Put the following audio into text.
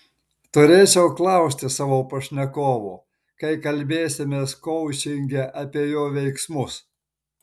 turėčiau klausti savo pašnekovo kai kalbėsimės koučinge apie jo veiksmus